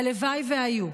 הלוואי שהיו,